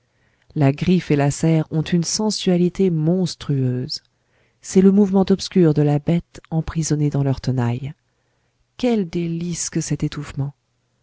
la griffe et la serre ont une sensualité monstrueuse c'est le mouvement obscur de la bête emprisonnée dans leur tenaille quel délice que cet étouffement